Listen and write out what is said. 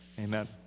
Amen